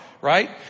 right